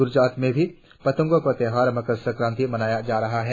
ग्रजरात में भी पतंगो का त्योहार मकर संक्रांति मनाया जा रहा है